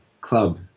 club